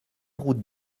route